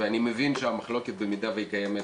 אני מבין שהמחלוקת במידה והיא קיימת,